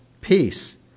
peace